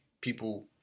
people